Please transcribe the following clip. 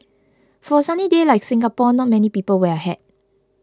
for a sunny day like Singapore not many people wear a hat